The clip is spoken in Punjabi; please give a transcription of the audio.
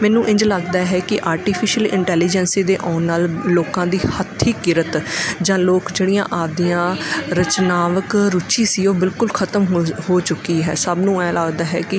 ਮੈਨੂੰ ਇੰਝ ਲੱਗਦਾ ਹੈ ਕਿ ਆਰਟੀਫਿਸ਼ਲ ਇੰਟੈਲੀਜੈਂਸੀ ਦੇ ਆਉਣ ਨਾਲ ਲੋਕਾਂ ਦੀ ਹੱਥੀਂ ਕਿਰਤ ਜਾਂ ਲੋਕ ਜਿਹੜੀਆਂ ਆਪਦੀਆਂ ਰਚਨਾਵਕ ਰੁਚੀ ਸੀ ਉਹ ਬਿਲਕੁਲ ਖਤਮ ਹੋ ਹੋ ਚੁੱਕੀ ਹੈ ਸਭ ਨੂੰ ਐਏਂ ਲੱਗਦਾ ਹੈ ਕਿ